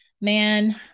Man